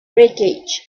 wreckage